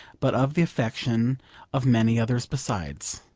but of the affection of many others besides.